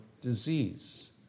disease